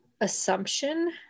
assumption